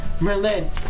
Merlin